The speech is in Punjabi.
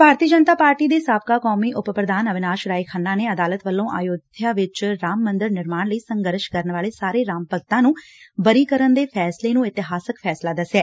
ਭਾਰਤੀ ਜਨਤਾ ਪਾਰਟੀ ਦੇ ਸਾਬਕਾ ਕੋਮੀ ਉਪ ਪ੍ਰਧਾਨ ਅਵਿਨਾਸ਼ ਰਾਏ ਖੰਨਾ ਨੇ ਅਦਾਲਤ ਵੱਲੋਂ ਅਯੋਧਿਆ ਚ ਰਾਮ ਮੰਦਰ ਨਿਰਮਾਣ ਲਈ ਸੰਘਰਸ਼ ਕਰਨ ਵਾਲੇ ਸਾਰੇ ਰਾਮ ਭਗਤਾਂ ਨੂੰ ਬਰੀ ਕਰਨ ਦੇ ਫੈਸਲੇ ਨੂੰ ਇਤਿਹਾਸਕ ਫੈਸਲਾ ਦਸਿਐ